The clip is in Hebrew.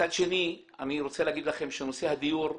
מצד שני, אני רוצה להגיד לכם שנושא הדיור,